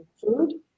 food